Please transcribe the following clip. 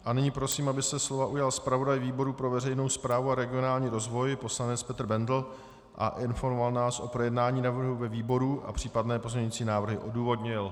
A nyní prosím, aby se slova ujal zpravodaj výboru pro veřejnou správu a regionální rozvoj poslanec Petr Bendl a informoval nás o projednání na výboru a případné pozměňovací návrhy odůvodnil.